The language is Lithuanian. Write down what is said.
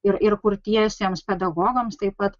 ir ir kurtiesiems pedagogams taip pat